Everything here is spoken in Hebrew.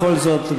בכל זאת,